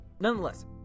nonetheless